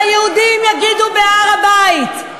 זה מה שהיהודים יגידו בהר-הבית.